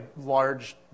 large